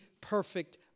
perfect